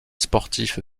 sportif